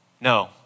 No